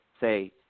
say